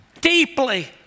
deeply